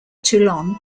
toulon